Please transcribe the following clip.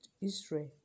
Israel